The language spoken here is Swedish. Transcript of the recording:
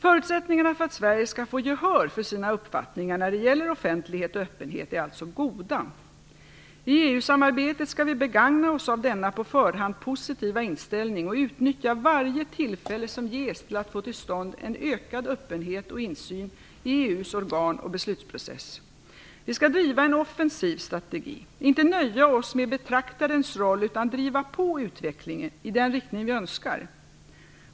Förutsättningarna för att Sverige skall få gehör för sina uppfattningar när det gäller offentlighet och öppenhet är alltså goda. I EU-samarbetet skall vi begagna oss av denna på förhand positiva inställning och utnyttja varje tillfälle som ges till att få till stånd en ökad öppenhet och insyn i EU:s organ och beslutsprocess. Vi vill driva en offensiv strategi, inte nöja oss med betraktarens roll, utan driva på utvecklingen i den riktning vi önskar.